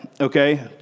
okay